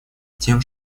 тем